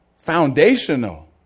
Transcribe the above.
Foundational